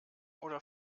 oder